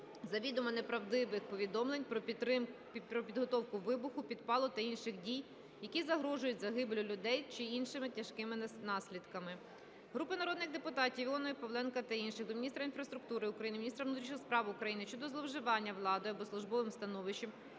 завідомо неправдивих повідомлень про підготовку вибуху, підпалу або інших дій, які загрожують загибеллю людей чи іншими тяжкими наслідками. Групи народних депутатів (Іонової, Павленка та інших) до Міністра інфраструктури України, Міністра внутрішніх справ України щодо зловживання владою або службовим становищем